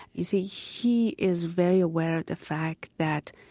you see, he is very aware of the fact that,